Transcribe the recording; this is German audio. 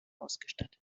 ausgestattet